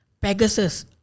pegasus